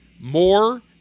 More